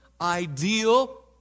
ideal